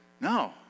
No